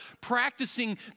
practicing